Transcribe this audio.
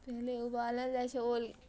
पहिने उबालल जाइत छै ओल